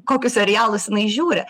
kokius serialus jinai žiūri